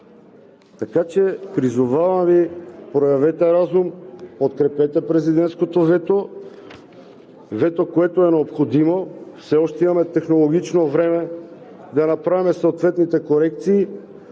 Така че, призовавам Ви, проявете разум, подкрепете президентското вето. Вето, което е необходимо. Все още имаме технологично време да направим съответните корекции,